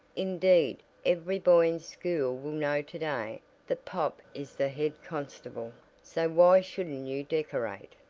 indeed every boy in school will know to-day that pop is the head constable so why shouldn't you decorate?